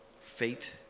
fate